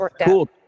Cool